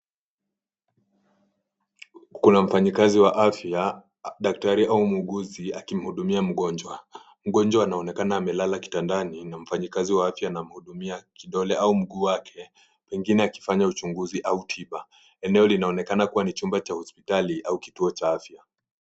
Kukona mfanyikazi wa afya, daktari au muuguzi akimhudumia mgonjwa. Mgonjwa anaonekana amelala kitandani na mfanyikazi wa afya anamhudumia kidole au mguu wake, pengine akifanya uchunguzi au tiba. Eneo linaonekana kuwa ni chumba cha hospitali au kituo cha afya.